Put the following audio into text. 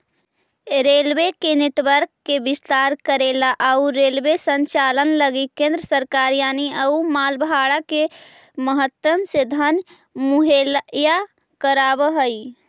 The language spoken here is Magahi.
रेलवे के नेटवर्क के विस्तार करेला अउ रेलवे संचालन लगी केंद्र सरकार यात्री अउ माल भाड़ा के माध्यम से धन मुहैया कराव हई